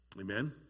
Amen